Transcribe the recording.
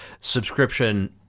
subscription